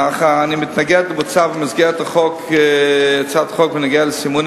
אך אני מתנגד למוצע במסגרת הצעת חוק בנוגע לסימונים